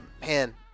Man